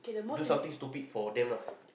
do something stupid for them lah